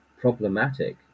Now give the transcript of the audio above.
problematic